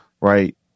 Right